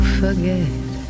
forget